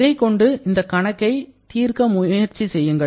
இதை கொண்டு இந்த கணக்கை தீர்க்க முயற்சி செய்யுங்கள்